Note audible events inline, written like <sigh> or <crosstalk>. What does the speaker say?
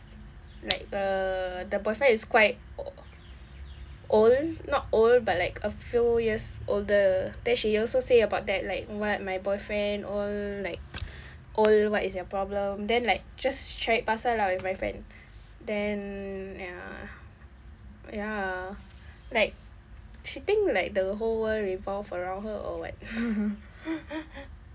like uh the boyfriend is quite ol~ old not old but like a few years older then she also say about that like what my boyfriend all like old what is your problem then like just cari pasal lah with my friend then ya ya like she think like the whole world revolve around her or what <laughs>